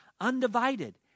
undivided